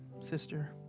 sister